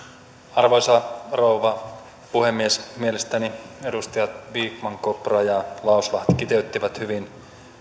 arvoisa rouva puhemies mielestäni edustajat vikman kopra ja lauslahti kiteyttivät hyvin